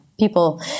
People